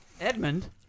Edmund